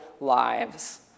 lives